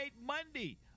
Monday